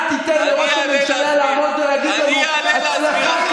אל תיתן לראש הממשלה לעמוד ולהגיד לנו "הצלחה כבירה".